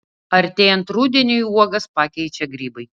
artėjant rudeniui uogas pakeičia grybai